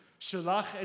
shalach